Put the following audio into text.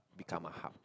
become a hub